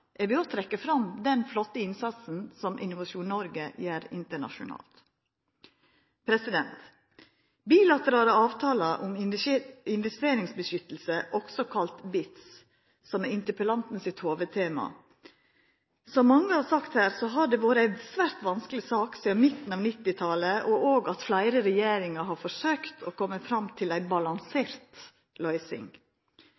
Eg vil òg trekkja fram den flotte innsatsen som Innovasjon Norge gjer internasjonalt. Bilaterale avtalar om investeringsbeskyttelse, også kalla BITs, er interpellanten sitt hovudtema. Som mange har sagt her, har det vore ei svært vanskeleg sak sidan midten av 1990-talet, og fleire regjeringar har forsøkt å koma fram til ei